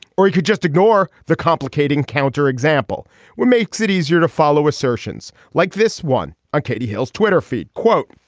or you could just ignore the complicating counter example which makes it easier to follow assertions like this one on katie hill's twitter feed quote